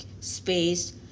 space